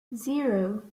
zero